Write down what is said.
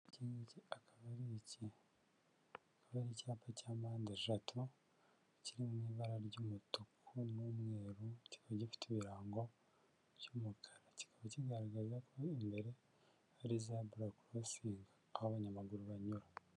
Iki ngiki akaba ari ikika icyapa cya mpande eshatu kiri mu ibara ry'umutuku n'umweru kiba gifite ibirango by'umukara kikaba kigaragaza ko imbere hari zebura korosingi aho abanyamaguru banyura.